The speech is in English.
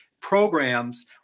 programs